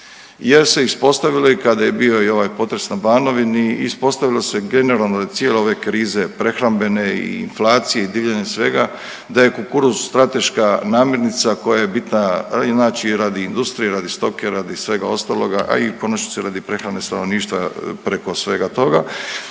jer se uspostavilo i kada je bio i ovaj potres na Banovini ispostavilo se generalno da cijele ove krize prehrambene i inflacija i divljanje svega da je kukuruz strateška namirnica koja je bitna znači radi industrije, radi stoke, radi svega ostaloga, a i u konačnici radi prehrane stanovništva preko svega toga